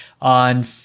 on